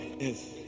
Yes